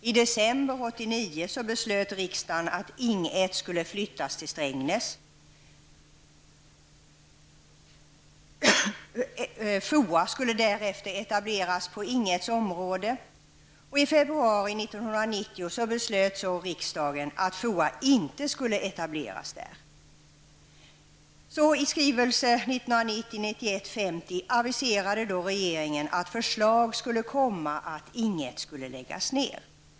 I december 1989 beslöt riksdagen att 1990 beslöt så riksdagen att FOA icke skulle etableras där.